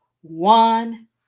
one